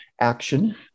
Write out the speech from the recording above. action